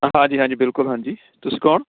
ਹਾਂਜੀ ਹਾਂਜੀ ਬਿਲਕੁਲ ਹਾਂਜੀ ਤੁਸੀਂ ਕੌਣ